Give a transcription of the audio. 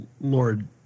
Lord